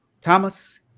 Thomas